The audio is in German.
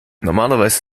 normalerweise